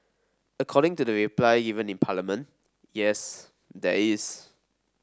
according to the reply given in Parliament yes there is